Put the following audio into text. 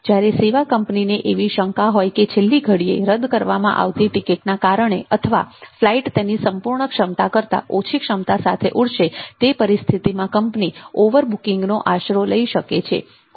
જ્યારે સેવા કંપનીને એવી શંકા હોય કે છેલ્લી ઘડીએ રદ કરવામાં આવતી ટિકિટના કારણે અથવા ફ્લાઇટ તેની સંપૂર્ણ ક્ષમતા કરતા ઓછી ક્ષમતા સાથે ઊડશે તે પરિસ્થિતિમાં કંપની ઓવર બુકિંગનો આશરો લઇ શકે છે